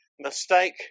mistake